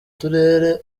turere